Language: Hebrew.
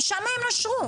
משם הם נשרו.